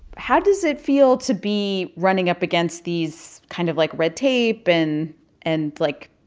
how does it feel to be running up against these kind of, like, red tape and, and like,